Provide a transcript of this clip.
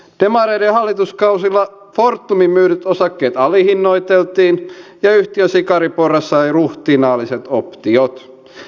demareiden hallituskausilla fortumin myydyt osakkeet alihinnoiteltiin ja yhtiön sikariporras sai ruhtinaalliset optiot